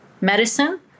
medicine